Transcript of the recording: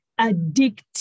addictive